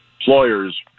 employers